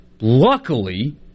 Luckily